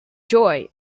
joy